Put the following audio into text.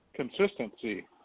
Consistency